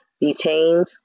detained